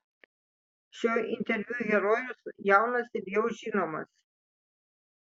šio interviu herojus jaunas ir jau žinomas